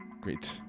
great